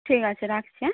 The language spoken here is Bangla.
ঠিক আছে রাখছি হ্যাঁ